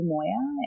Moya